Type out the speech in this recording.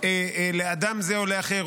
של אדם זה או לאחר,